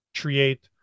create